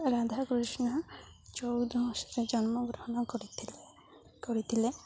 ରାଧାକୃଷ୍ଣ ଚଉଦ ଜନ୍ମଗ୍ରହଣ କରିଥିଲେ କରିଥିଲେ